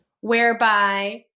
whereby